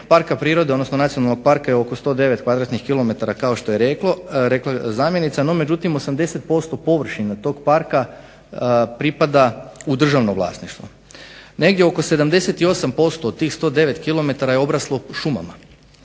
iskoristiti. Površina Nacionalnog parka je oko 109 kvadratnih kilometara kao što je rekla zamjenica, međutim, 80% površina tog Parka pripada u državno vlasništvo. Negdje oko 78% tih 109 kilometara je obraslo šumama,